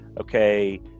okay